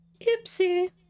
Oopsie